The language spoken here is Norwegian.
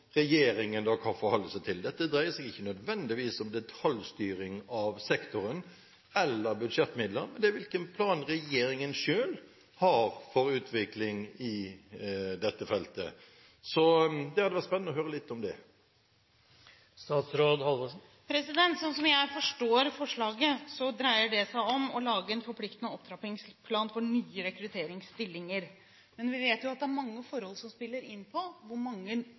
regjeringen kan forholde seg til? Dette dreier seg ikke nødvendigvis om detaljstyring av sektoren eller budsjettmidler, men om hvilken plan regjeringen selv har for utvikling innen dette feltet. Det hadde vært spennende å høre litt om det. Slik som jeg forstår forslaget, dreier det seg om å lage en forpliktende opptrappingsplan for nye rekrutteringsstillinger, men vi vet at det er mange forhold som spiller inn når det gjelder hvor mange